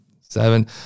seven